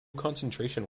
concentration